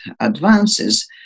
advances